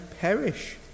perish